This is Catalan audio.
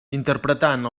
interpretant